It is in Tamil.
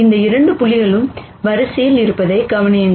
இந்த இரண்டு புள்ளிகளும் வரிசையில் இருப்பதைக் கவனியுங்கள்